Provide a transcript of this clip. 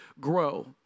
grow